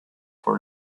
for